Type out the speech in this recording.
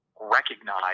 recognize